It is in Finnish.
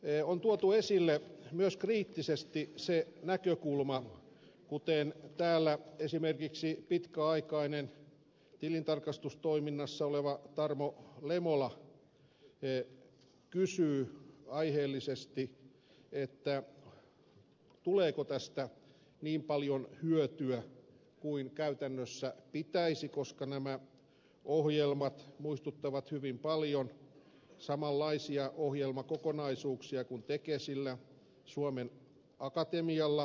tässä on tuotu esille myös kriittisesti se näkökulma täällä esimerkiksi pitkäaikaisesti tilintarkastustoiminnassa ollut tarmo lemola kysyy aiheellisesti tuleeko tästä niin paljon hyötyä kuin käytännössä pitäisi koska nämä ohjelmat muistuttavat hyvin paljon samanlaisia ohjelmakokonaisuuksia kuin tekesillä suomen akatemialla on